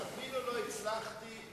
כאשר הוא לא היה עייף,